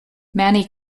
manny